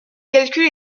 calculs